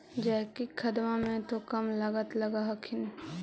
जैकिक खदबा मे तो कम लागत लग हखिन न?